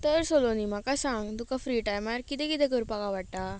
तर सलोनी म्हाका सांग तुका फ्रि टायमार कितें कितें करपाक आवडटा